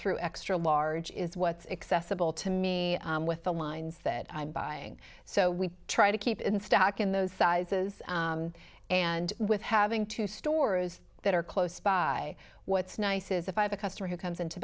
through extra large is what's accessible to me with the lines that i'm buying so we try to keep in stock in those sizes and with having two stores that are close by what's nice is a five a customer who comes into